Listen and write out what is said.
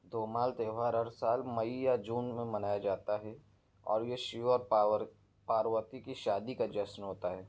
تومال تہوار ہر سال مئی یا جون میں منایا جاتا ہے اور یہ شیوا پاور پاروتی کی شادی کا جشن ہوتا ہے